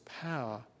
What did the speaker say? power